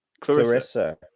Clarissa